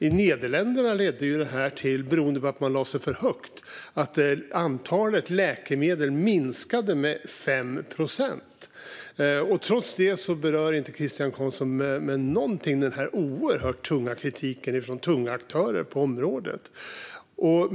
Beroende på att man lade sig för högt i Nederländerna ledde alltså detta till att antalet läkemedel minskade med 5 procent. Trots det berör Christian Carlsson inte med ett ord den oerhört tunga kritiken från tunga aktörer på området.